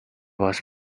was